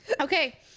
Okay